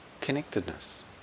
connectedness